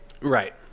right